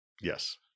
Yes